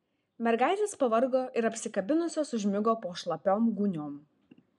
mergaitės pavargo ir apsikabinusios užmigo po šlapiom gūniom